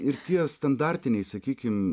ir tie standartiniai sakykim